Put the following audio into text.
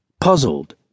Puzzled